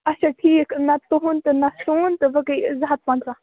اَچھا ٹھیٖک نہ تُہُنٛد تہٕ نَہ سون تہٕ وۄںۍ گٔے زٕ ہَتھ پنٛژاہ